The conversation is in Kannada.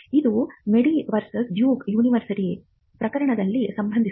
ಇದು ಮೇಡಿ ವರ್ಸಸ್ ಡ್ಯೂಕ್ ಯೂನಿವರ್ಸಿಟಿ ಪ್ರಕರಣದಲ್ಲಿ ಸಂಭವಿಸಿದೆ